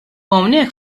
hawnhekk